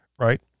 right